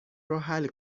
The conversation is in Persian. روحل